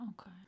Okay